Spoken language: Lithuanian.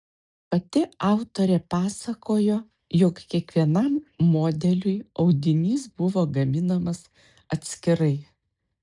pati autorė pasakojo jog kiekvienam modeliui audinys buvo gaminamas atskirai